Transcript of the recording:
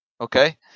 Okay